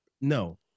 No